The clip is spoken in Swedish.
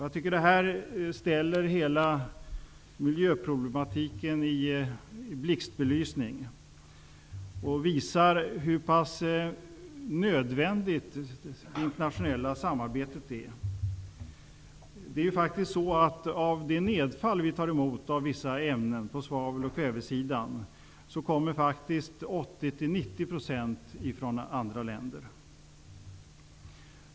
Jag tycker att det ställer hela miljöproblematiken i blixtbelysning och visar hur nödvändigt det internationella samarbetet är. Av det nedfall vi tar emot av vissa ämnen på svaveloch kvävesidan kommer 80--90 % från andra länder.